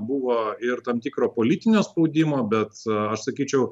buvo ir tam tikro politinio spaudimo bet aš sakyčiau